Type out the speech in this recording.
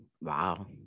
Wow